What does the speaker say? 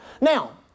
Now